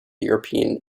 european